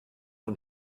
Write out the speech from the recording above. von